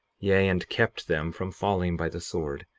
yea, and kept them from falling by the sword,